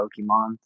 Pokemon